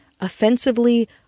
offensively